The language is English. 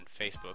Facebook